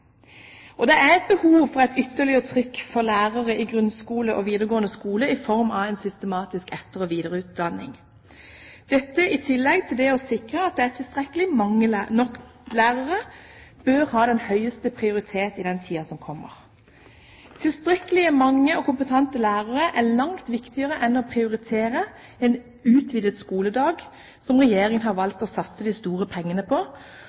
og det er behov for et ytterligere trykk for lærere i grunnskole og videregående skole i form av en systematisk etter- og videreutdanning. Dette, i tillegg til det å sikre at det er mange nok lærere, bør ha den høyeste prioritet i tiden som kommer. Mange nok og kompetente lærere er langt viktigere enn å prioritere en utvidet skoledag, som Regjeringen har valgt å satse de store pengene på.